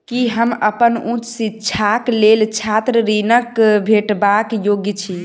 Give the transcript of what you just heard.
की हम अप्पन उच्च शिक्षाक लेल छात्र ऋणक भेटबाक योग्य छी?